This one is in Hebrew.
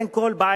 אין כל בעיה.